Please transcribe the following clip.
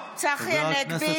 צחי הנגבי,